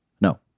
No